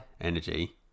energy